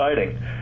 exciting